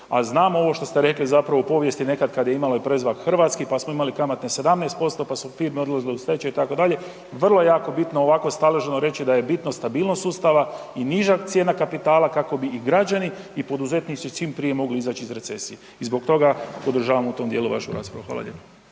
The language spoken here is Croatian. a znamo ovo što ste rekli zapravo u povijesti nekad kad je imalo i predznak hrvatski pa smo imali kamate 17% pa su firme odlazile u stečaj itd., vrlo je jako bitno ovako staloženo reći da je bitno stabilnost sustava i niža cijena kapitala kako bi i građani i poduzetnici čim prije mogli izaći iz recesije. I zbog toga podržavam u tom dijelu vašu raspravu. Hvala lijepo.